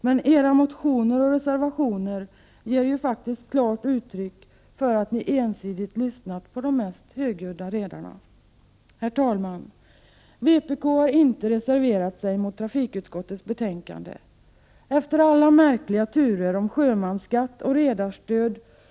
Men era motioner och reservationer ger faktiskt klart uttryck för att ni ensidigt lyssnar på de mest högljudda redarna. Herr talman! Vpk har inte reserverat sig mot trafikutskottets hemställan. Efter alla märkliga turer om sjömansskatt och redarstöd på tre olika Prot.